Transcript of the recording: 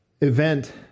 event